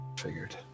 Figured